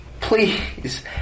Please